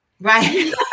Right